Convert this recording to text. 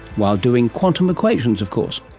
while doing quantum equations of course